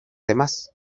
demás